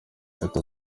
leta